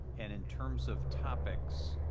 and in terms of topics,